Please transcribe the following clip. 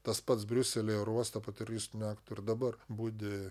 tas pats briuselyje oro uoste po teroristinio akto ir dabar budi